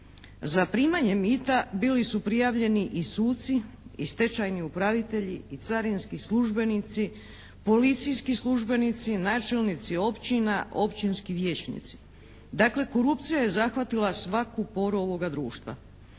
Za primanje mita bili su prijavljeni i suci i stečajni upravitelji i carinski službenici, policijski službenici, načelnici općina, općinski vijećnici. Dakle, korupcija je zahvatila svaku poru ovoga društva.